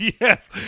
yes